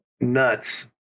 nuts